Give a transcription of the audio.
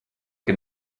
che